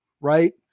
right